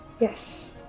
Yes